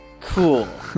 Cool